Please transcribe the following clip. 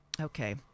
okay